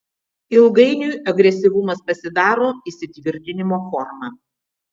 ilgainiui agresyvumas pasidaro įsitvirtinimo forma